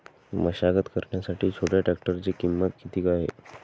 मशागत करण्यासाठी छोट्या ट्रॅक्टरची किंमत किती आहे?